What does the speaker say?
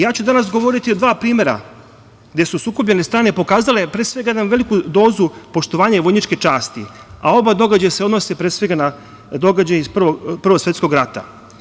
Ja ću danas govoriti o dva primera gde su sukobljene strane pokazale pre svega jednu veliku dozu poštovanja i vojničke časti, a oba događaja se odnose pre svega na događaje iz Prvog svetskog rata.